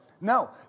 No